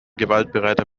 gewaltbereiter